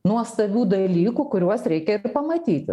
nuostabių dalykų kuriuos reikėtų pamatyti